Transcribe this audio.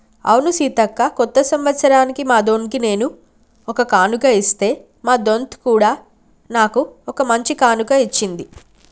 అవును సీతక్క కొత్త సంవత్సరానికి మా దొన్కి నేను ఒక కానుక ఇస్తే మా దొంత్ కూడా నాకు ఓ మంచి కానుక ఇచ్చింది